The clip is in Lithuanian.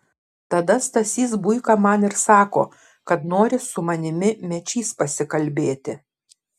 tada stasys buika man ir sako kad nori su manimi mečys pasikalbėti